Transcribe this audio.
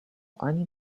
ani